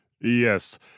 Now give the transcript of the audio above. yes